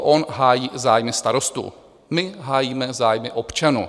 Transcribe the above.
On hájí zájmy starostů, my hájíme zájmy občanů.